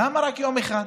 למה רק יום אחד?